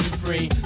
free